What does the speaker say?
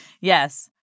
Yes